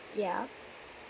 yeah